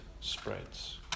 spreads